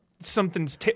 something's